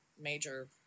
major